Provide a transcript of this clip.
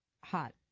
hot